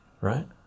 right